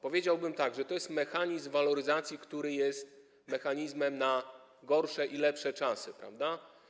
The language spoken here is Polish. Powiedziałbym tak: to jest mechanizm waloryzacji, który jest mechanizmem na gorsze i lepsze czasy, prawda?